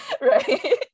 right